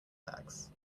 bags